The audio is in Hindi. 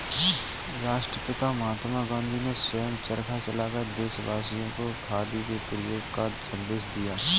राष्ट्रपिता महात्मा गांधी ने स्वयं चरखा चलाकर देशवासियों को खादी के प्रयोग का संदेश दिया